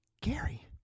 Gary